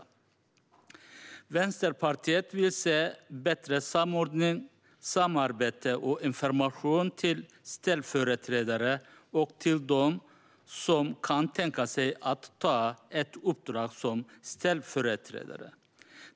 Vänsterpartiet vill se bättre samordning, samarbete och information till ställföreträdare och till dem som kan tänka sig att ta ett uppdrag som ställföreträdare.